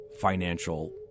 financial